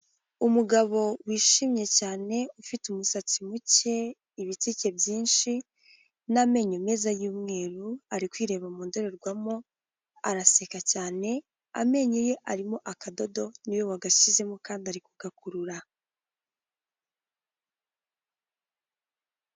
Umugabo wishimye cyane ufite umusatsi muke, ibitsike byinshi, n'amenyo meza y'umweru, ari kwireba mu ndorerwamo araseka cyane amenyo ye arimo akadodo ni we wagashyizemo kandi ari kugakurura.